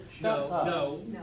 no